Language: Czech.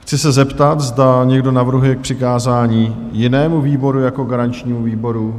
Chci se zeptat, zda někdo navrhuje k přikázání jinému výboru jako garančnímu výboru?